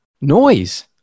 noise